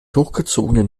hochgezogenen